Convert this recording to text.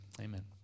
amen